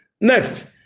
Next